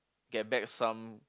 get back some